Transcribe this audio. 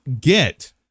get